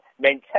maintain